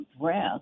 breath